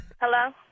Hello